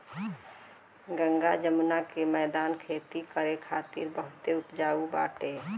गंगा जमुना के मौदान खेती करे खातिर बहुते उपजाऊ बाटे